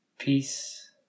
peace